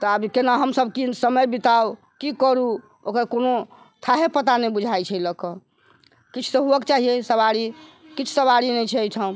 तऽ आब केना हमसब की समय बिताउ की करू ओकर कोनो थाहे पता नहि बुझाइ छै लअ कऽ किछु तऽ होवाक चाहिए सवारी किछु सवारी नहि छै अइठाम